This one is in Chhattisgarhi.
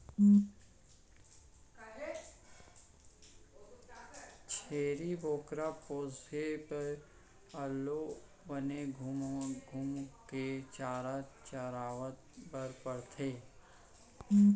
छेरी बोकरा पोसबे त ओला बने घुमा घुमा के चारा चरवाए बर परथे